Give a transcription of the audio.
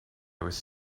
was